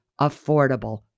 affordable